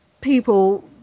people